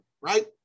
right